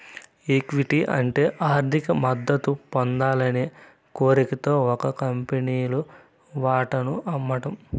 equity అంటే ఆర్థిక మద్దతు పొందాలనే కోరికతో ఒక కంపెనీలు వాటాను అమ్మడం